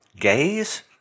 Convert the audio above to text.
gays